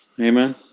Amen